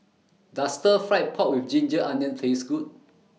Does Stir Fried Pork with Ginger Onions Taste Good